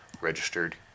registered